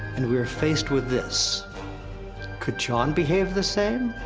and we are faced with this could jon behave the same?